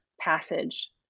passage